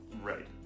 Right